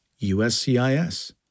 USCIS